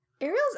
Ariel's